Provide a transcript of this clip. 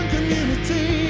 Community